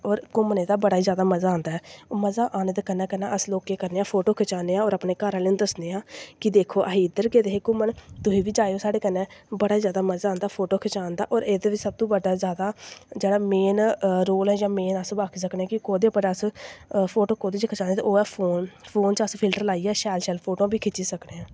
होर घूमने दा बड़ा ही जादा मज़ा आंदा ऐ मज़ा आने दे कन्नै कन्नै अस लोक केह् करने आं फोटो खचान्ने आं होर घर आह्लें गी दस्सने आं कि देखो अहीं इद्धर गेदे गी घूमन तुसीं बी जाएओ साढ़े कन्नै बड़ा जादा मजा आंदा फोटो खचान दा होर एह्दे बिच्च सब तू बड्डा जादा जेह्ड़ा मेन रोल ऐ जां मेन अस आक्खी सकने कि कोह्दे उप्पर अस फोटो कोह्दे च अस खचाने ते ओह् ऐ फोन फोन च फिल्टर लाइयै शैल शैल फोटोआं बी खिच्चे सकनें